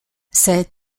ses